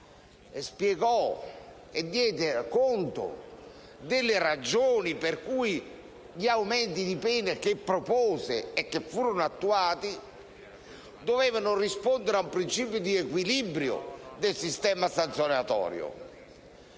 spiegò e diede conto delle ragioni per cui gli aumenti di pena, che propose e che furono attuati, dovevano rispondere ad un principio di equilibrio del sistema sanzionatorio.